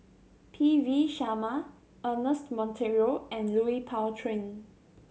P V Sharma Ernest Monteiro and Lui Pao Chuen